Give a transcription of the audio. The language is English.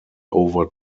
over